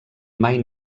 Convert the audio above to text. mai